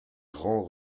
grand